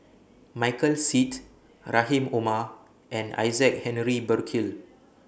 Michael Seet Rahim Omar and Isaac Henry Burkill